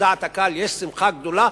ובדעת הקהל יש שמחה גדולה,